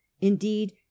Indeed